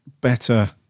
better